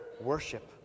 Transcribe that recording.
worship